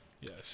yes